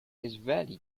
rarely